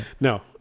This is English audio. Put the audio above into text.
No